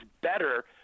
better